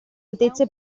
altezze